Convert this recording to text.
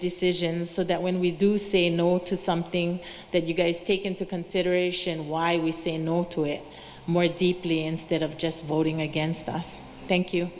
decisions so that when we do say no to something that you guys take into consideration why we say in order to it more deeply instead of just voting against us thank you